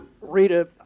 Rita